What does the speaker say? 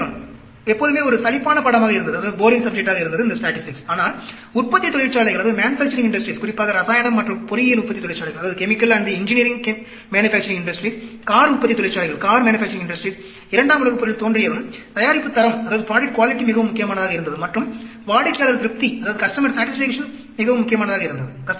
புள்ளிவிவரம் எப்போதுமே ஒரு சலிப்பான பாடமாக இருந்தது ஆனால் உற்பத்தித் தொழிற்சாலைகள் குறிப்பாக இரசாயன மற்றும் பொறியியல் உற்பத்தித் தொழிற்சாலைகள் கார் உற்பத்தித் தொழிற்சாலைகள் 2 ஆம் உலகப் போரில் தோன்றியதும் தயாரிப்புத் தரம் மிகவும் முக்கியமானதாக இருந்தது மற்றும் வாடிக்கையாளர் திருப்தி மிகவும் முக்கியமானதாக இருந்தது